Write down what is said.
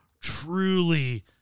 truly